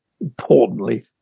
importantly